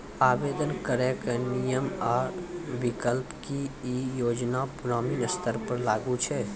आवेदन करैक नियम आ विकल्प? की ई योजना ग्रामीण स्तर पर लागू छै?